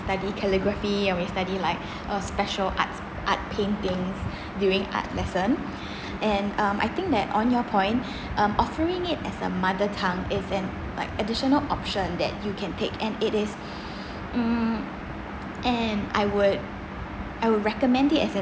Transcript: study calligraphy and we study like uh special arts art paintings during art lesson and um I think that on your point um offering it as a mother tongue is in like additional option that you can take and it is mm and I would I would recommend it as an